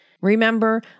Remember